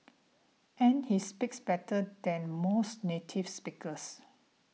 and he speaks better than most native speakers